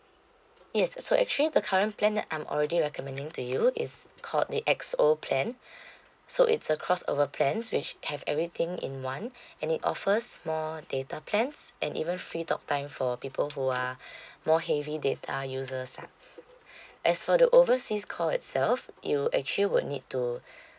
yes so actually the current plan that I'm already recommending to you is called the X O plan so it's a cross over plans which have everything in one and it offers more data plans and even free talk time for people who are more heavy data users lah as for the overseas call itself you actually would need to